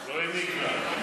הוא לא העניק לה.